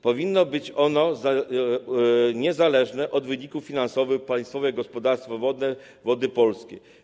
Powinno być ono niezależne od wyników finansowych Państwowego Gospodarstwa Wodnego Wody Polskie.